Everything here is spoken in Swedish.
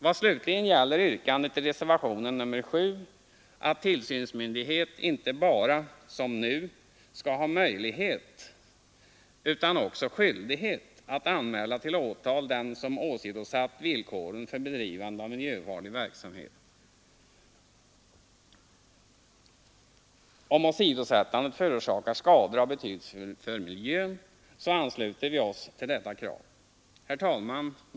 Vad slutligen gäller yrkandet i reservationen 7 att tillsynsmyndighet inte bara, som nu, skall ha möjlighet utan också skyldighet att anmäla till åtal den som åsidosatt villkoren för bedrivande av miljöfarlig verksamhet, om åsidosättandet förorsakar skador av betydelse för miljön, så ansluter vi oss till detta krav. Herr talman!